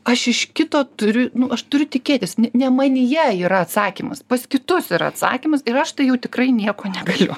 aš iš kito turiu nu aš turiu tikėtis ne manyje yra atsakymas pas kitus yra atsakymas ir aš tai jau tikrai nieko negaliu